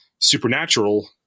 supernatural